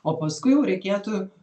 o paskui jau reikėtų